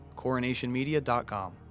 coronationmedia.com